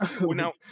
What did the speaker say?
Now